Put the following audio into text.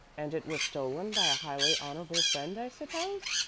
and it was stolen by a highly honorable friend, i suppose?